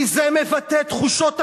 כי זה מבטא תחושות עמוקות,